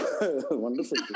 Wonderful